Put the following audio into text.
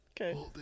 Okay